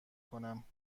کنم